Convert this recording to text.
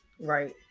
Right